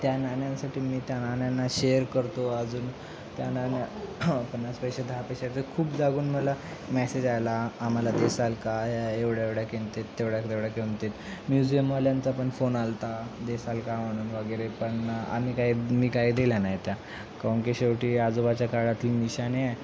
त्या नाण्यासाठी मी त्या नाण्याना शेअर करतो अजून त्या नाण्या पन्नास पैसे दहा पैशाचं खूप जागून मला मॅसेज आला आम्हाला देसाल का एवढ्या एवढ्या किंमतीत तेवढ्या तेवढ्या किंमतीत म्युझियमवाल्यांचा पण फोन आला होता देसालका म्हणून वगैरे पण आम्ही काही मी काही दिल्या नाही त्या काहून की शेवटी आजोबाच्या काळातली निशाणी आहे